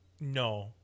No